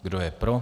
Kdo je pro?